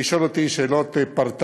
הוא התחיל לשאול אותי שאלות פרטניות.